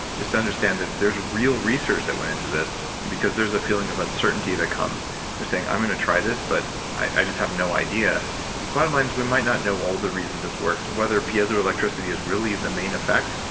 just to understand that there's real research that went into this there's a feeling of uncertainty that comes from saying, i'm going to try this, but i just have no idea. the bottom line is, we might not know all the reasons this works whether piezoelectricity is really the main effect.